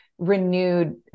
renewed